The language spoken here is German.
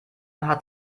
hat